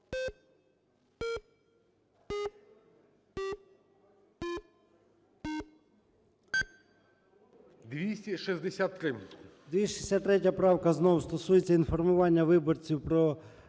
263 правка знов стосується інформування виборців про